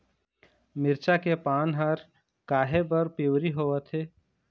मिरचा के पान हर काहे बर पिवरी होवथे?